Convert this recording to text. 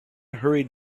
hurried